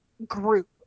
group